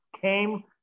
came